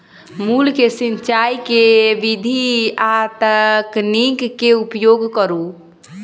मूली केँ सिचाई केँ के विधि आ तकनीक केँ उपयोग करू?